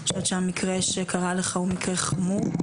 אני חושבת שהמקרה שקרה לך הוא מקרה חמור.